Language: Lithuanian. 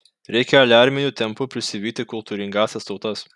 reikia aliarminiu tempu prisivyti kultūringąsias tautas